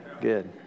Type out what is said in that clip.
Good